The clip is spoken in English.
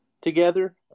together